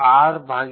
R 8R